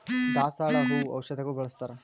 ದಾಸಾಳ ಹೂ ಔಷಧಗು ಬಳ್ಸತಾರ